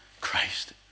Christ